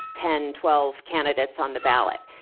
ten, twelve candidates on the ballot.